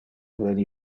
veni